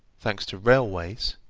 thanks to railways,